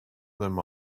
them